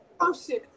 person